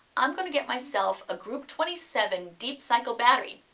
i'm going to get myself a group twenty seven deep cycle battery,